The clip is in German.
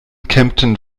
kempten